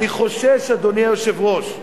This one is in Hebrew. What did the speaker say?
אני חושש, אדוני היושב-ראש,